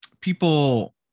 people